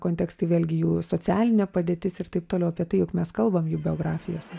kontekstai vėlgi jų socialinė padėtis ir taip toliau apie tai juk mes kalbam jų biografijose